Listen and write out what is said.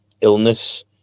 illness